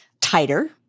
tighter